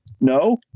No